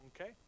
Okay